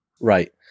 Right